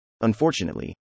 Unfortunately